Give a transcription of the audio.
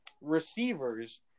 receivers